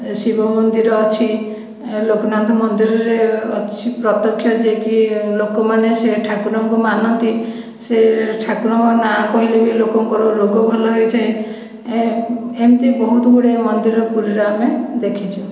ଶିବ ମନ୍ଦିର ଅଛି ଲୋକନାଥ ମନ୍ଦିରରେ ଅଛି ପ୍ରତ୍ୟକ୍ଷ ଯିଏକି ଲୋକମାନେ ସେ ଠାକୁରଙ୍କୁ ମାନନ୍ତି ସେ ଠାକୁରଙ୍କ ନାଁ କହିଲେ ବି ଲୋକଙ୍କର ରୋଗ ଭଲ ହୋଇଯାଏ ଏମିତି ବହୁତଗୁଡ଼ିଏ ମନ୍ଦିର ପୁରୀରେ ଆମେ ଦେଖିଛୁ